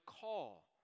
call